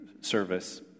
service